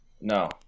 No